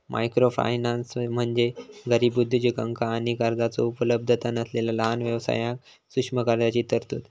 microfinance म्हणजे गरीब उद्योजकांका आणि कर्जाचो उपलब्धता नसलेला लहान व्यवसायांक सूक्ष्म कर्जाची तरतूद